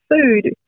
food